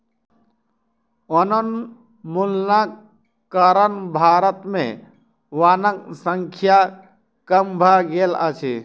वनोन्मूलनक कारण भारत में वनक संख्या कम भ गेल अछि